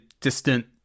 distant